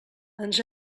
ens